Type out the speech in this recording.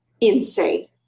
insane